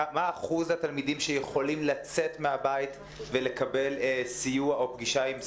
מה אחוז התלמידים שיכולים לצאת מהבית ולקבל סיוע או פגישה עם סייעת,